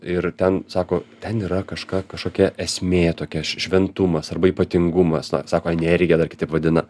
ir ten sako ten yra kažka kažkokia esmė tokia šve šventumas arba ypatingumas vat sako energija dar kitaip vadina